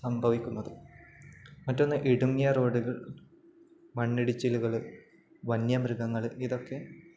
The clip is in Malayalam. സംഭവിക്കുന്നത് മറ്റൊന്ന് ഇടുങ്ങിയ റോഡുകൾ മണ്ണിടിച്ചിലുകള് വന്യ മൃഗങ്ങള് ഇതൊക്കെ